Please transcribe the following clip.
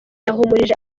yahumurije